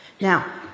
Now